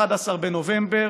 ב-11 בנובמבר,